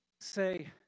say